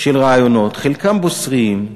של רעיונות, חלקם בוסריים,